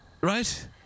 right